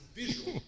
visual